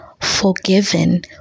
forgiven